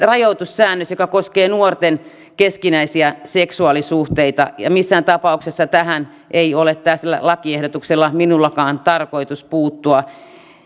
rajoitussäännös joka koskee nuorten keskinäisiä seksuaalisuhteita ja missään tapauksessa tähän ei ole tällä lakiehdotuksella minunkaan tarkoitus puuttua